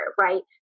right